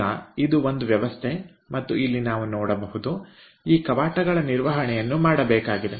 ಈಗ ಇದು ಒಂದು ವ್ಯವಸ್ಥೆ ಮತ್ತು ಇಲ್ಲಿ ನಾವು ನೋಡಬಹುದು ಈ ಕವಾಟಗಳ ನಿರ್ವಹಣೆಯನ್ನು ಮಾಡಬೇಕಾಗಿದೆ